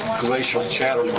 glacial chatter